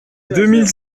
mille